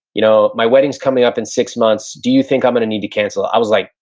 you know my wedding's coming up in six months. do you think i'm gonna need to cancel? i was like,